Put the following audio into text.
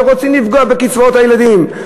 ורוצים לפגוע בקצבאות הילדים.